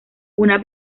una